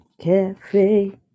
Cafe